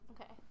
Okay